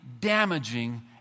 damaging